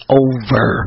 over